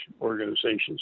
organizations